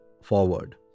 forward